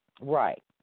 Right